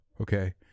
Okay